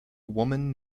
woman